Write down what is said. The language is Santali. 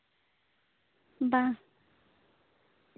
ᱵᱟ